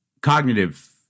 cognitive